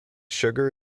sugar